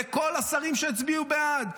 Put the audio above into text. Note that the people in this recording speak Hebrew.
לכל השרים שהצביעו בעד,